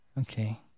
Okay